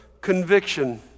conviction